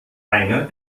einer